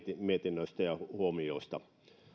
mietinnöstä ja huomioista